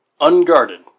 Unguarded